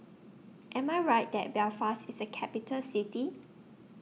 Am I Right that Belfast IS A Capital City